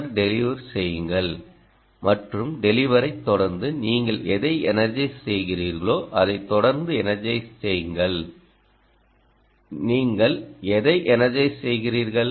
பின்னர் டெலிவர் செய்யுங்கள் மற்றும் டெலிவர்ஐ தொடர்ந்து நீங்கள் எதை எனர்ஜைஸ் செய்கிறீர்களோ அதை தொடர்ந்து எனர்ஜைஸ செய்யுங்கள் நீங்கள் எதை எனர்ஜைஸ் செய்கிறீர்கள்